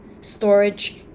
storage